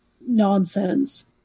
nonsense